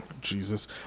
Jesus